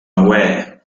away